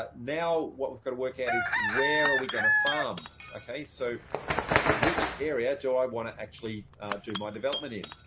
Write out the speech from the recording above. ah now, what we've got to work out is where are we going to farm? so which area do i want to actually do my development in?